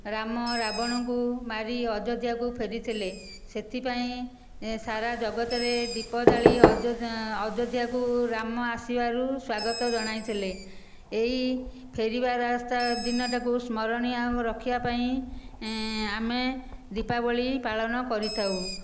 ରାମ ରାବଣଙ୍କୁ ମାରି ଅଯୋଧ୍ୟାକୁ ଫେରିଥିଲେ ସେଥିପାଇଁ ସାରା ଜଗତରେ ଦୀପ ଜାଳି ଅଯୋଧ୍ୟାକୁ ରାମ ଆସିବାରୁ ସ୍ଵାଗତ ଜଣାଇଥିଲେ ଏହି ଫେରିବା ରାସ୍ତା ଦିନଟାକୁ ସ୍ମରଣୀୟ ଆଉ ରଖିବା ପାଇଁ ଆମେ ଦୀପାବଳି ପାଳନ କରିଥାଉ